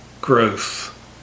growth